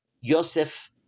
Yosef